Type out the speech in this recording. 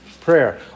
Prayer